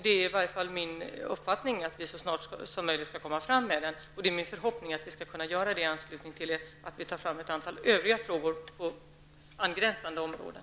Det är min uppfattning att vi så snart som möjligt skall komma med ett förslag. Det är också min förhoppning att vi skall kunna göra det i anslutning till att vi tar fram ett antal andra frågor på angränsande områden.